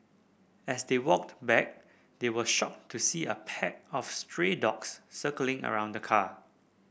as they walked back they were shocked to see a pack of stray dogs circling around the car